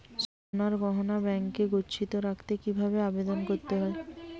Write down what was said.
সোনার গহনা ব্যাংকে গচ্ছিত রাখতে কি ভাবে আবেদন করতে হয়?